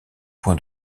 point